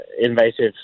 invasive